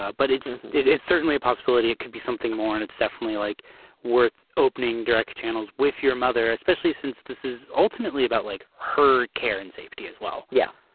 ah but it's it's certainly a possibility it could be something more and it's definitely like worth opening direct channels with your mother especially since this is ultimately about like her care and safety as well. yeah.